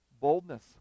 boldness